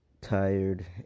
tired